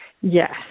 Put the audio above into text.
Yes